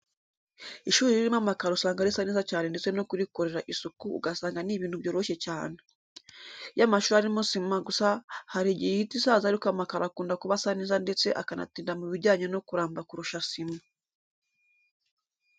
Ishuri ririmo amakaro usanga risa neza cyane ndetse no kurikorera isuku ugasanga ni ibintu byoroshye cyane. Iyo amashuri arimo sima gusa hari igihe ihita isaza ariko amakaro akunda kuba asa neza ndetse akanatinda mu bijyanye no kuramba kurusha sima.